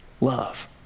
love